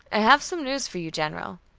i have some news for you, general.